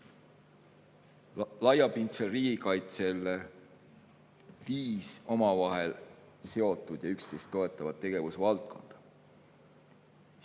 laiapindsel riigikaitsel on viis omavahel seotud ja üksteist toetavat tegevusvaldkonda: